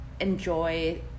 enjoy